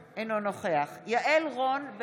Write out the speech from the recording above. הפקרתם את הנגב ואת הגליל לאחים המוסלמים והעברתם כאן חוק,